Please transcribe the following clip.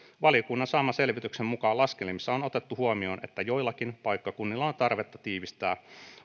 valiokunnan saaman selvityksen mukaan laskelmissa on otettu huomioon että joillakin paikkakunnilla on tarvetta tiivistää